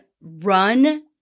run